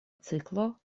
ciklo